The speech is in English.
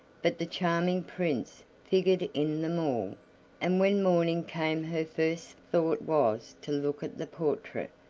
but the charming prince figured in them all and when morning came her first thought was to look at the portrait,